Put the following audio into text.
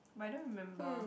but I don't remember